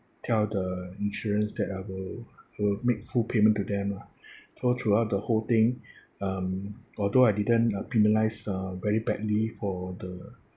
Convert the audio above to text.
tell the insurance that I will will make full payment to them lah so throughout the whole thing um although I didn't uh penalise uh very badly for the